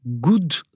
good